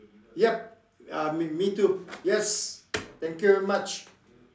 yup uh me me too yes thank you very much